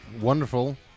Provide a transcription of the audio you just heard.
wonderful